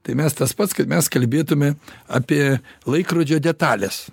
tai mes tas pats kaip mes kalbėtume apie laikrodžio detales